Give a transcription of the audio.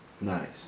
Nice